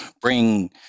bring